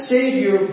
Savior